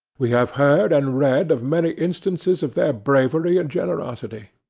we have heard and read of many instances of their bravery and generosity.